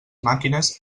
màquines